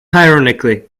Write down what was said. ironically